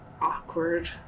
awkward